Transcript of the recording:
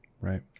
right